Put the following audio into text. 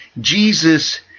Jesus